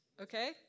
Okay